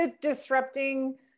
Disrupting